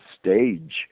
stage